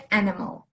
animal